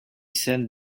sent